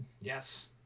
Yes